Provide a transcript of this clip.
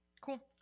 Cool